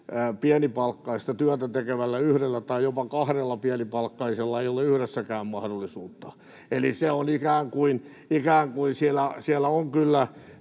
pienipalkkaista työtä tekevällä yhdellä tai jopa kahdella pienipalkkaisella ei ole yhdessäkään mahdollisuutta. Eli kyllä siellä